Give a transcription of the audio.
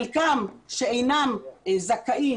חלקם שאינם זכאים,